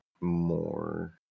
more